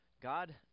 God